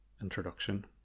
Introduction